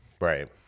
Right